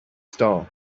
star